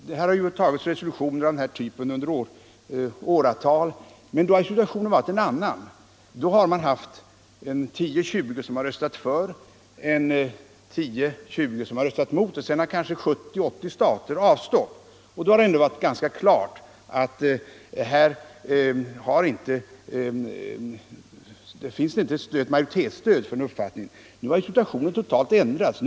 Det har ju tagits resolutioner av denna typ under åratal, men då har situationen varit en annan. Då har 10-20 länder röstat för, 10-20 har röstat emot och kanske 70-80 stater har avstått. Det har därmed varit ganska klart att här inte fanns majoritetsstöd för en uppfattning. Nu har situationen totalt förändrats.